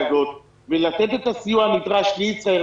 הזאת ולתת את הסיוע הנדרש לישראייר,